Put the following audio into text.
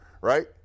right